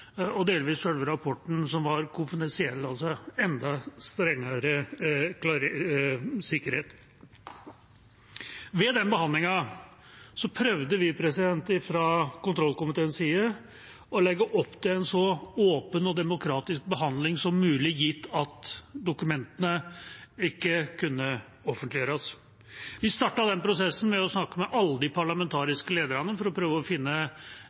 og delvis – selve rapporten – gradert Konfidensielt, altså med enda strengere sikkerhet. Ved den behandlingen prøvde vi fra kontroll- og konstitusjonskomiteens side å legge opp til en så åpen og demokratisk behandling som mulig, gitt at dokumentene ikke kunne offentliggjøres. Vi startet prosessen med å snakke med alle de parlamentariske lederne for å prøve å finne